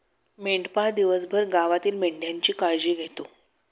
मेंढपाळ दिवसभर गावातील मेंढ्यांची काळजी घेतो